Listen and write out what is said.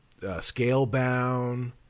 Scalebound